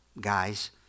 guys